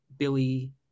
Billy